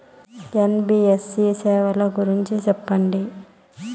NBFC సేవల గురించి సెప్పండి?